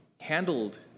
handled